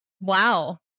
Wow